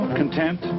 content